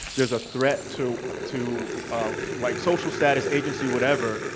there's a threat to to white social status, agency, whatever,